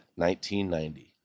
1990